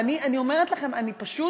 ואני אומרת לכם, אני פשוט